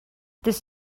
this